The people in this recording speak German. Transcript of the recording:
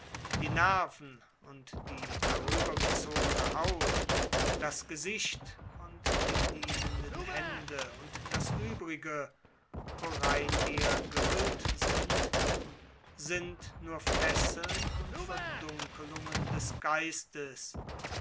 die nerven und die darüber gezogene haut das gesicht und die dienenden hände und das uebrige worein wir gehüllt sind sind fesseln und verdunkelungen des geistes